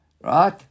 Right